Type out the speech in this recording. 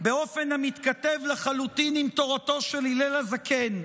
באופן המתכתב לחלוטין עם תורתו של הלל הזקן,